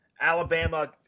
Alabama